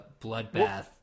bloodbath